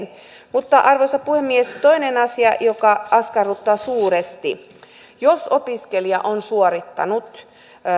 mutta arvoisa puhemies toinen asia joka askarruttaa suuresti jos opiskelija on suorittanut